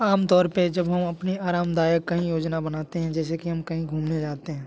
आमतौर पे जब हम अपनी आरामदायक कहीं योजना बनाते हैं जैसे कि हम कहीं घूमने जाते हैं